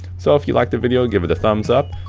so, if you liked the video give it the thumbs up.